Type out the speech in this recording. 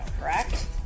correct